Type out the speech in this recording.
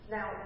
Now